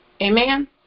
Amen